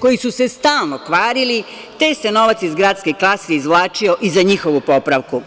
koji su se stalno kvarili, te se novac iz gradske kase izvlačio i za njihovu popravku.